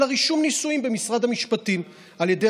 אלא רישום נישואים במשרד המשפטים על ידי